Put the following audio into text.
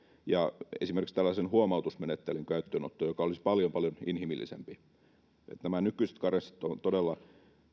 ja esimerkiksi tällaisen huomautusmenettelyn käyttöönotto joka olisi paljon paljon inhimillisempi nämä nykyiset karenssit ovat todella